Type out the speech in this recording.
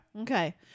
Okay